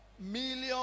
million